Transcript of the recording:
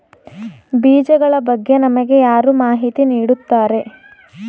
ಬೀಜಗಳ ಬಗ್ಗೆ ನಮಗೆ ಯಾರು ಮಾಹಿತಿ ನೀಡುತ್ತಾರೆ?